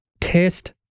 Test